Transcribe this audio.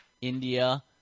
India